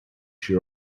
she